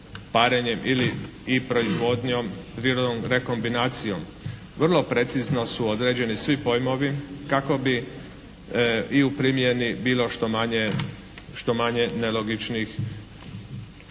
se ne razumije./ … rekombinacijom. Vrlo precizno su određeni svi pojmovi kako bi i u primjeni bilo što manje, što manje